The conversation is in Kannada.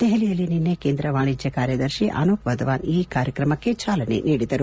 ದೆಹಲಿಯಲ್ಲಿ ನಿನ್ನೆ ಕೇಂದ್ರ ವಾಣಿಜ್ಯ ಕಾರ್ಯದರ್ಶಿ ಅನೂಪ್ ವಧವಾನ್ ಈ ಕಾರ್ಯಕ್ರಮಕ್ಕೆ ಚಾಲನೆ ನೀಡಿದರು